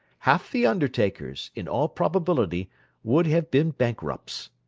half the undertakers in all probability would have been bankrupts.